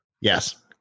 yes